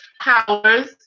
powers